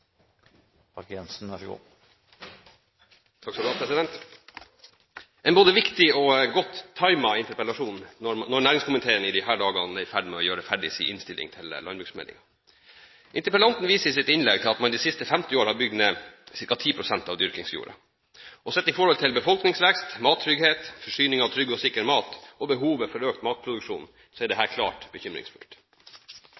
en godt timet og viktig interpellasjon, når næringskomiteen i disse dager er i ferd med å gjøre ferdig sin innstilling til landbruksmeldingen. Interpellanten viser i sitt innlegg til at man de siste 50 år har bygget ned ca. 10 pst. av dyrkingsjorda. Sett i forhold til befolkningsvekst, mattrygghet, forsyning av trygg og sikker mat, og behovet for økt matproduksjon, er dette klart bekymringsfullt. Men hvis man tar med i bildet vekstforbedringene av det